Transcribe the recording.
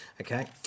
okay